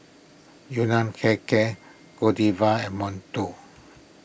Yun Nam Hair Care Godiva and Monto